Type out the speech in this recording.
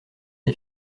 les